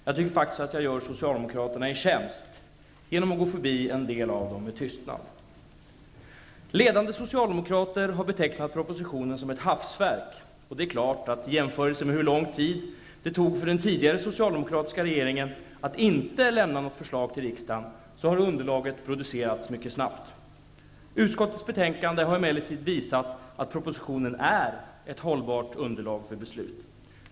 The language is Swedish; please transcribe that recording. Jag tycker faktiskt att jag gör Socialdemokraterna en tjänst genom att gå förbi en del av reservationerna med tystnad. Ledande socialdemokrater har betecknat propositionen som ett hafsverk. I jämförelse med hur lång tid det tog för den tidigare socialdemokratiska regeringen att inte lämna något förslag till riksdagen är det klart att underlaget har producerats mycket snabbt. Utskottets betänkande har emellertid visat att propositionen är ett hållbart underlag för beslut.